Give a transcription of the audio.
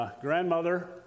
grandmother